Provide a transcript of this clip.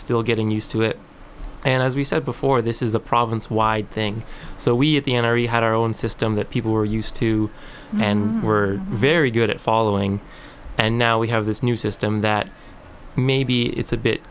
still getting used to it and as we said before this is a province wide thing so we're the n r e had our own system that people were used to and were very good at following and now we have this new system that maybe it's a bit